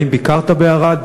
האם ביקרת בערד,